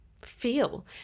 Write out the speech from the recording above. Feel